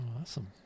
awesome